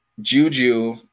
juju